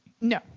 No